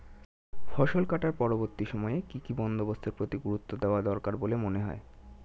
ফসল কাটার পরবর্তী সময়ে কি কি বন্দোবস্তের প্রতি গুরুত্ব দেওয়া দরকার বলে মনে হয়?